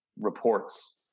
reports